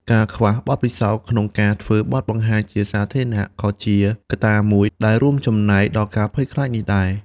ការខ្វះបទពិសោធន៍ក្នុងការធ្វើបទបង្ហាញជាសាធារណៈក៏ជាកត្តាមួយដែលរួមចំណែកដល់ការភ័យខ្លាចនេះដែរ។